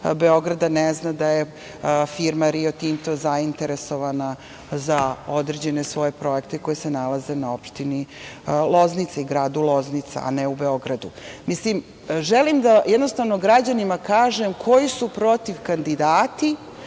Beograda ne zna da je firma „Rio Tinto“ zainteresovana za određene svoje projekte koji se nalaze na opštini Loznica i gradu Loznica, a ne u gradu Beogradu? Mislim, želim da jednostavno građanima kažem koji su protivkandidati